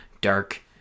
dark